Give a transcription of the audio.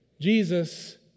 Jesus